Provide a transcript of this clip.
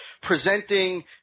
presenting